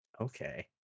Okay